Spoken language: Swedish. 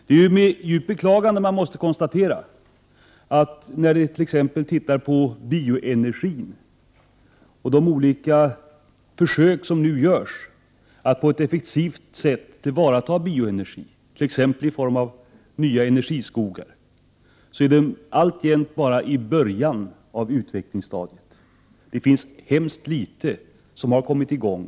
Det är med djup beklagan man måste konstatera att bioenergin, och de olika försök som nu görs att på ett effektivt sätt tillvara ta den, t.ex. i form av nya energiskogar, alltjämt bara befinner sig i början av utvecklingsstadiet. Det är mycket litet som har kommit i gång.